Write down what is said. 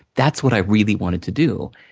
that's what i really wanted to do,